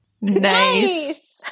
nice